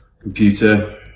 computer